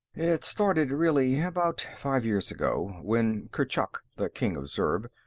it started, really, about five years ago, when kurchuk, the king of zurb,